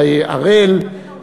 אראל,